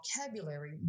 vocabulary